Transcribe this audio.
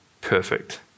perfect